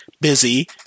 busy